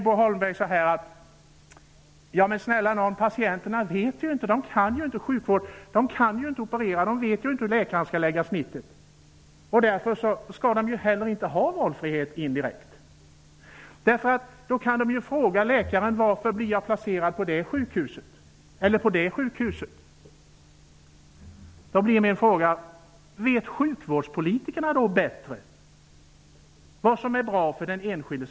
Bo Holmberg säger: Ja, men snälla nån -- patienterna känner ju inte till hur sjukvården fungerar, de kan ju inte operera, de vet ju inte hur läkarna skall lägga snittet! Därför skall de alltså inte ha någon valfrihet. Om de hade valfrihet skulle de ju kunna fråga läkaren varför de blir placerade på ett sjukhus och inte ett annat. Jag undrar då: Vet sjukvårdspolitikerna bättre vad som är bra för den enskilde?